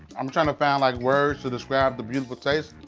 i'm trying to find like words to describe the beautiful taste.